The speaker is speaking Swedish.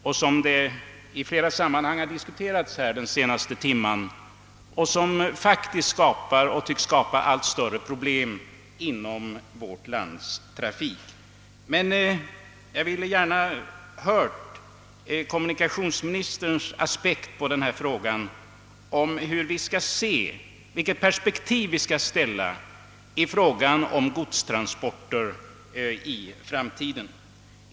Förekomsten härav har under den senaste timmen diskuterats i flera sammanhang. De förorsakar faktiskt för närvarande stora problem i vårt lands trafik och tycks komma att skapa allt större sådana i framtiden. Jag skulle dock gärna ha velat höra kommunikationsministerns mening om vilket perspektiv vi skall anlägga på frågan om godstransporterna i framtiden.